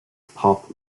pop